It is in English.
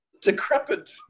decrepit